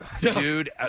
dude